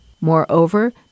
Moreover